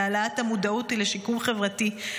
להעלאת המודעות ולשיקום חברתי.